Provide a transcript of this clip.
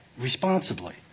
responsibly